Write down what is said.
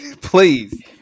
Please